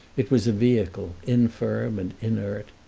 it was a vehicle infirm and inert,